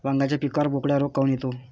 वांग्याच्या पिकावर बोकड्या रोग काऊन येतो?